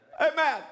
Amen